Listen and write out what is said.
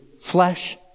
flesh